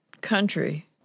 country